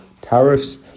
tariffs